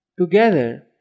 together